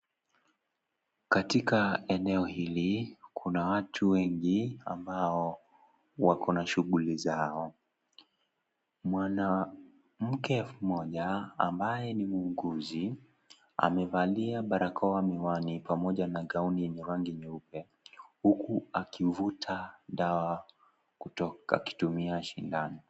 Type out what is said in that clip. Katika eneo hili kuna watu wengi ambao wako na shughuli zao. Mwanamke mmoja ambaye ni muuguzi amevalia barakoa, miwani pamoja na gauni yenye rangi nyeupe. Huku akivuluta dawa kutoka akitumia shindano.